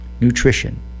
nutrition